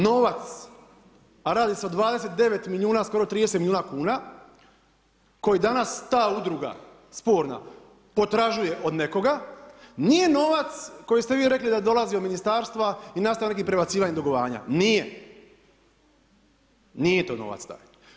Novac, a radi se o 29 milijuna, skoro 30 milijuna kuna koje danas ta udruga sporna potražuje od nekoga, nije novac koji ste vi rekli da dolazi od ministarstva i nastaje nekim prebacivanjem dugovanja, nije, nije to novac taj.